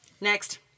Next